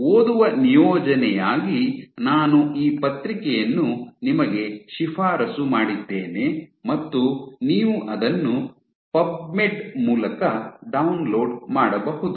ಓದುವ ನಿಯೋಜನೆಯಾಗಿ ನಾನು ಈ ಪತ್ರಿಕೆಯನ್ನು ನಿಮಗೆ ಶಿಫಾರಸು ಮಾಡಿದ್ದೇನೆ ಮತ್ತು ನೀವು ಅದನ್ನು ಪಬ್ಮೆಡ್ ಮೂಲಕ ಡೌನ್ಲೋಡ್ ಮಾಡಬಹುದು